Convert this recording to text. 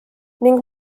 ning